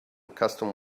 custom